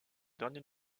dernier